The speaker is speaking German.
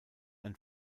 ein